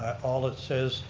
all it says,